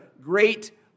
great